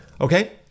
Okay